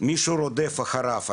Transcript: שמישהו רודף אחריו.